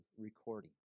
recording